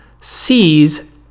sees